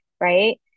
Right